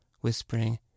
whispering